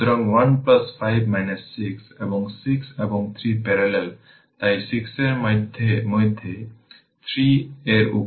সুতরাং এখন আমরা জানি যে i1 i অতএব di dt ⅔ i বা di I ⅔ dt